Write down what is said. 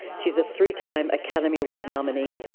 she's a three-time academy award nominee,